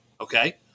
Okay